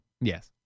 Yes